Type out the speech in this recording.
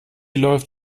läuft